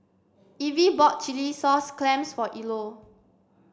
Evie bought Chilli Sauce Clams for Ilo